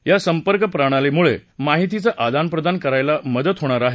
या संपर्क प्रणालीमुळे माहितीचं आदानप्रदान करायला मदत होणार आहे